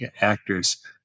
actors